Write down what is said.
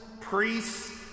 priests